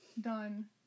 done